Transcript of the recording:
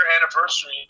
anniversary